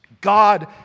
God